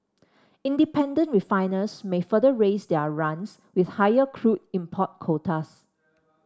independent refiners may further raise their runs with higher crude import quotas